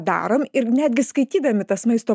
darom ir netgi skaitydami tas maisto